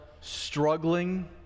struggling